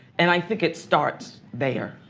and i think it starts there.